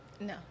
No